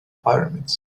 pyramids